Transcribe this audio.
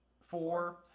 four